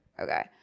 Okay